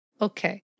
okay